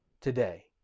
today